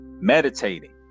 meditating